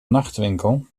nachtwinkel